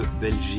Belgique